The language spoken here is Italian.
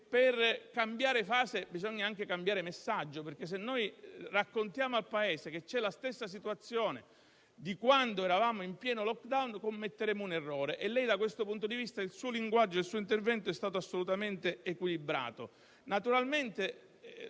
per cambiare fase bisogna anche cambiare messaggio, perché se noi raccontiamo al Paese che c'è la stessa situazione di quando eravamo in pieno *lockdown* commettiamo un errore. Da questo punto di vista, il linguaggio del suo intervento è stato assolutamente equilibrato.